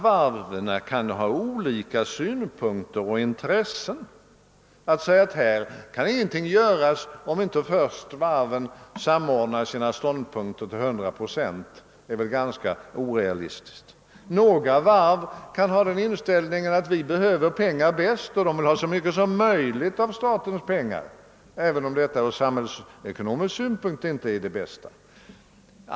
Varven kan ändå ha olika synpunkter och intressen. Att säga att ingenting kan göras, om inte varven först samordnar sina ståndpunkter till 100 procent är väl ganska orealistiskt. Några varv kan ha den inställningen att de behöver pengar bäst, och de vill ha så mycket som möjligt av statens pengar, även om detta ur samhällsekonomisk synpunkt inte är det bästa.